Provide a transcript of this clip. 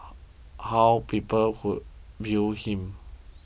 how people would view him